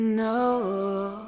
no